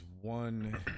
one